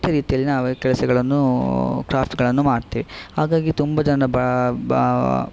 ವಿಶಿಷ್ಟ ರೀತಿಯಲ್ಲಿ ನಾವೇ ಕೆಲಸಗಳನ್ನು ಕ್ರಾಫ್ಟ್ಗಳನ್ನು ಮಾಡ್ತೆ ಹಾಗಾಗಿ ತುಂಬ ಜನ ಬ ಬಾ